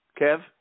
Kev